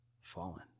Fallen